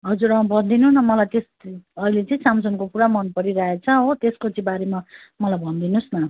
हजुर अँ भनिदिनु न मलाई त्यही त अहिले चाहिँ स्यामसङको पुरा मन परिरहेको छ हो त्यसको चाहिँ बारेमा मलाई भनिदिनु होस् न